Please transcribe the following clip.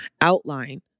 outline